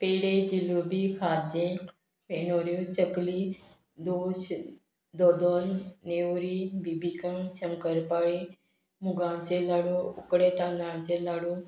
पेडे जिलोबी खाजें फेनोऱ्यो चकली दोश दोदोल नेवरी बिबिका शंकरपाळी मुगांचें लाडू उकडें तांदळांचे लाडू